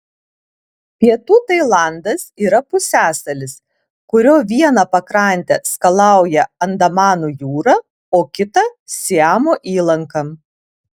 pietų tailandas yra pusiasalis kurio vieną pakrantę skalauja andamanų jūra o kitą siamo įlanka